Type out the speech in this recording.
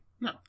No